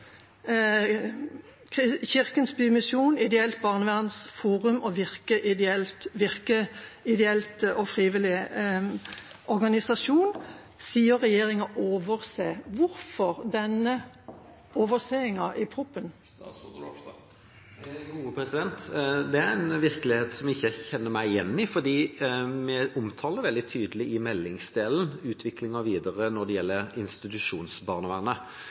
Kirkens Bymisjon, Ideelt Barnevernsforum og Virke ideell og frivillighet sier at regjeringa overstyrer. Hvorfor denne overstyringen i toppen? Det er en virkelighet jeg ikke kjenner meg igjen i, for vi omtaler veldig tydelig i meldingsdelen utviklingen videre når det gjelder institusjonsbarnevernet.